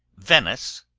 venice.